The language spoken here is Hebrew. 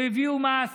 והביאו מס